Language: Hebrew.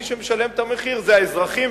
מי שמשלם את המחיר זה האזרחים,